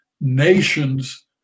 nations